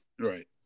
Right